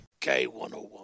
K101